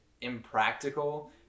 impractical